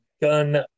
gun